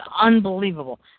unbelievable